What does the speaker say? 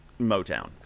Motown